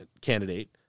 candidate